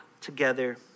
together